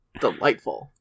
Delightful